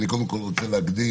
אני קודם כול רוצה להקדים.